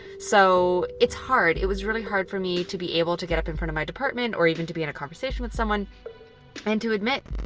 so it's hard. it was really hard for me to be able to get up in front of my department or even to be in a conversation with someone and to admit,